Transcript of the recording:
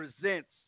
Presents